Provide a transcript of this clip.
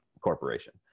corporation